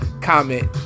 comment